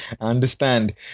understand